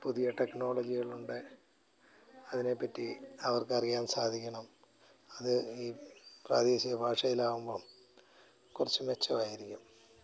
പുതിയ ടെക്നോളോജികൾ ഉണ്ട് അതിനെ പറ്റി അവർക്ക് അറിയാൻ സാധിക്കണം അത് ഈ പ്രാദേശിക ഭാഷയിലാകുമ്പം കുറച്ച് മെച്ചമായിരിക്കും